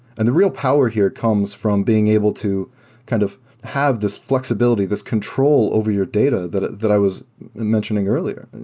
and the real power here comes from being able kind of have this flexibility, this control over your data that that i was mentioning earlier.